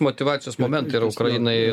motyvacijos momentai yra ukrainai